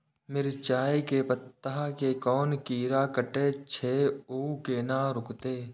मिरचाय के पत्ता के कोन कीरा कटे छे ऊ केना रुकते?